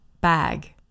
bag